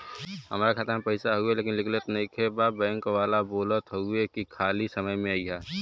हमार खाता में पैसा हवुवे लेकिन निकलत ना बा बैंक वाला बोलत हऊवे की खाली समय में अईहा